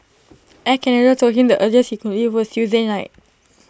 Air Canada told him the earliest he could leave was Tuesday night